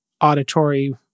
auditory